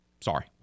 Sorry